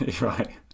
Right